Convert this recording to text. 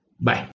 Bye